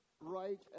right